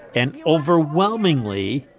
and overwhelmingly,